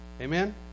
Amen